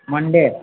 Monday